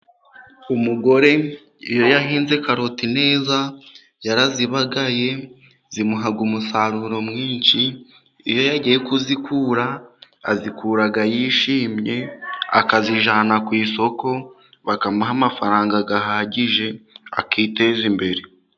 umugore iyo yahinze karoti neza yarazibagaye zimuha umusaruro mwinshi, iyo agiye kuzikura azikura yishimye akazijana ku isoko bakamuha amafaranga ahagije,l akiteza imbere.